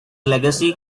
legacy